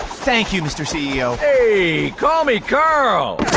thank you mr. ceo. hey, call me carl.